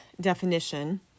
definition